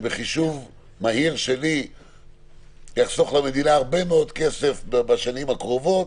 שבחישוב מהיר שלי יחסוך למדינה הרבה מאוד כסף בשנים הקרובות,